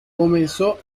comenzó